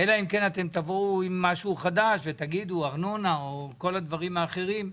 אלא אם כן תבואו ותגידו ארנונה או דברים אחרים.